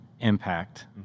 impact